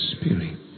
spirit